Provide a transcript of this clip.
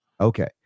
Okay